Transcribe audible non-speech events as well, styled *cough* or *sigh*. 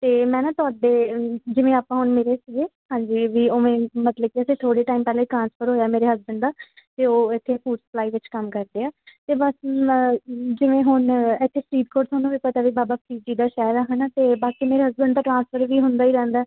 ਅਤੇ ਮੈਂ ਨਾ ਤੁਹਾਡੇ ਜਿਵੇਂ ਆਪਾਂ ਹੁਣ ਮਿਲੇ ਸੀਗੇ ਹਾਂਜੀ ਵੀ ਉਵੇਂ ਮਤਲਬ ਕਿ ਅਸੀਂ ਥੋੜ੍ਹੇ ਟਾਈਮ ਪਹਿਲਾਂ ਹੀ ਟਰਾਂਸਫਰ ਹੋਇਆ ਮੇਰੇ ਹਸਬੈਂਡ ਦਾ ਅਤੇ ਉਹ ਇੱਥੇ ਫੂਡ ਸਪਲਾਈ ਵਿੱਚ ਕੰਮ ਕਰਦੇ ਆ ਅਤੇ ਬਸ ਜਿਵੇਂ ਹੁਣ ਇੱਥੇ *unintelligible* ਤੁਹਾਨੂੰ ਵੀ ਪਤਾ ਵੀ ਬਾਬਾ ਫਰੀਦ ਜੀ ਦਾ ਸ਼ਹਿਰ ਆ ਹੈ ਨਾ ਅਤੇ ਬਾਕੀ ਮੇਰੇ ਹਸਬੈਂਡ ਦਾ ਟਰਾਂਸਫਰ ਵੀ ਹੁੰਦਾ ਹੀ ਰਹਿੰਦਾ